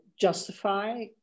justify